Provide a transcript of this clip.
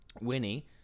Winnie